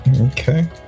Okay